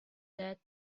that